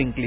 जिंकली